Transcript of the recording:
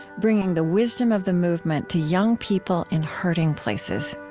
bringing the wisdom of the movement to young people in hurting places